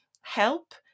help